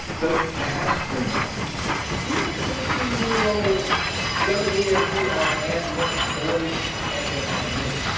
so i ask greene about it these are fourteen year old young men who are as much boys as they are men.